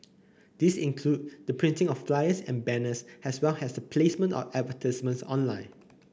these include the printing of flyers and banners as well as the placement of advertisements online